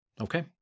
Okay